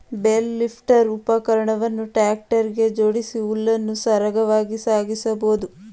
bale lifter ಉಪಕರಣವನ್ನು tractor ಗೆ ಜೋಡಿಸಿ ಹುಲ್ಲನ್ನು ಸರಾಗವಾಗಿ ಸಾಗಿಸಬೋದು